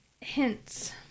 Hints